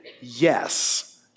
Yes